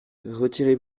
retirez